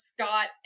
Scott